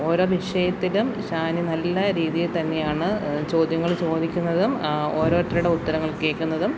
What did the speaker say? ഓരോ വിഷയത്തിലും ഷാനി നല്ല രീതിയിൽ തന്നെയാണ് ചോദ്യങ്ങൾ ചോദിക്കുന്നതും ഓരോരുത്തരുടെ ഉത്തരങ്ങൾ കേൾക്കുന്നതും